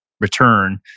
return